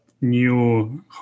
new